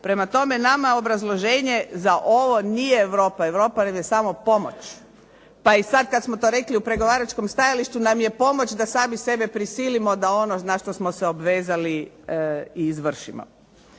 Prema tome, nama obrazloženje za ovo nije Europa. Europa nam je samo pomoć, pa i sad kad smo to rekli u pregovaračkom stajalištu nam je pomoć da sami sebe prisilimo da ono na što smo se obvezali i izvršimo.